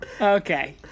Okay